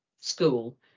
school